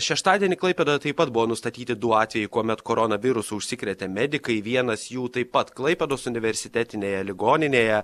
šeštadienį klaipėdoje taip pat buvo nustatyti du atvejai kuomet korona virusu užsikrėtė medikai vienas jų taip pat klaipėdos universitetinėje ligoninėje